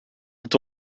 het